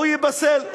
הוא ייפסל.